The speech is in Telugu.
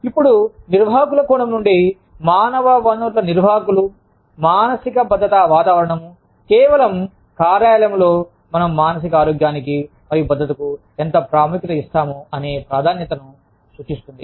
ఇప్పుడు నిర్వాహకుల కోణం నుండి మానవ వనరుల నిర్వాహకులు మానసిక భద్రతా వాతావరణం కేవలం కార్యాలయంలో మనం మానసిక ఆరోగ్యానికి మరియు భద్రతకు ఎంత ప్రాముఖ్యత ఇస్తాము అనే ప్రాధాన్యతను సూచిస్తుంది